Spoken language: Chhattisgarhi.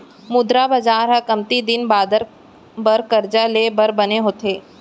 मुद्रा बजार ह कमती दिन बादर बर करजा ले बर बने होथे